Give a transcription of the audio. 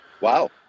Wow